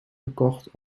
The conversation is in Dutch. gekocht